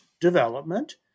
development